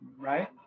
right